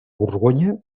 borgonya